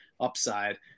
upside